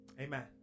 Amen